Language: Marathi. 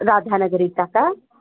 राधानगरीचा का